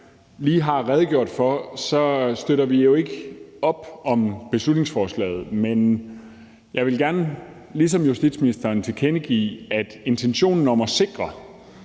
lige har redegjort for, støtter vi ikke op om beslutningsforslaget, men jeg vil gerne ligesom justitsministeren tilkendegive, at intentionen om at sikre,